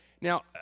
Now